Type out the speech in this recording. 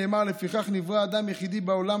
נאמר: "לפיכך נברא אדם יחידי בעולם,